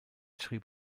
schrieb